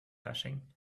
hashing